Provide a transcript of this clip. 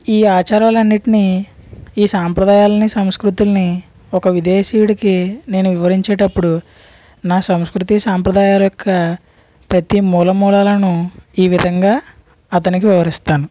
ఈ ఆచారాలన్నిటిని ఈ సంప్రదాయాల్ని సంస్కృతుల్ని ఒక విదేశీయుడికి నేను వివరించేటప్పుడు నా సంస్కృతి సంప్రదాయాల యొక్క ప్రతీ మూలమూలలను ఈ విధంగా అతనికి వివరిస్తాను